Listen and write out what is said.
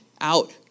out